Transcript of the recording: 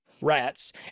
Rats